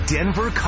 Denver